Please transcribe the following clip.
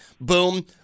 Boom